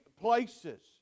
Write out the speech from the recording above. places